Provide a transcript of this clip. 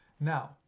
now